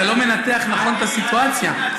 אתה לא מנתח נכון את הסיטואציה.